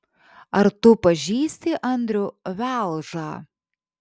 ar tu pažįsti andrių velžą